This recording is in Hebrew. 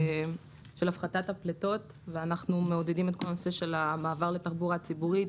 הפחתת הפליטות ואנחנו מעודדים את כל הנושא של מעבר לתחבורה ציבורית,